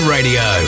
Radio